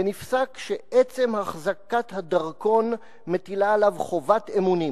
ונפסק שעצם החזקת הדרכון מטילה עליו חובת אמונים.